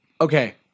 okay